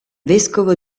vescovo